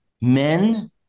men